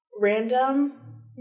random